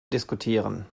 diskutieren